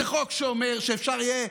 זה חוק שאומר שאפשר יהיה,